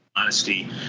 honesty